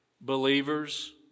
believers